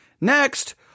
Next